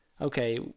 okay